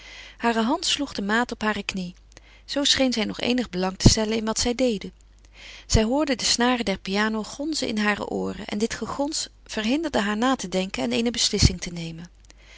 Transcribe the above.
hare hand sloeg de maat op hare knie zoo scheen zij nog eenig belang te stellen in wat zij deden zij hoorde de snaren der piano gonzen in hare ooren en dit gegons verhinderde haar na te denken en eene beslissing te nemen